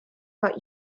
war